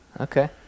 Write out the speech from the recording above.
Okay